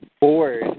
board